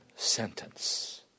sentence